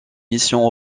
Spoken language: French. mission